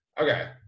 Okay